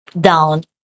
down